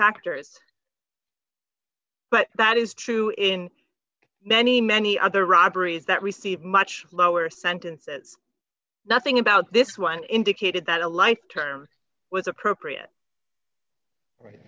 factors but that is true in many many other robberies that received much lower sentences nothing about this one indicated that a life term was appropriate